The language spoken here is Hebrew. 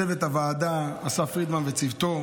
כמובן, לצוות הוועדה, אסף פרידמן וצוותו,